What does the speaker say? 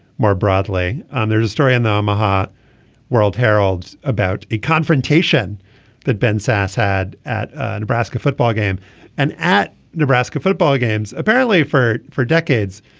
more broadly um there's a story on them um a hot world herald about a confrontation that ben sasse had at nebraska football game and at nebraska football games apparently for four decades.